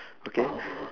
okay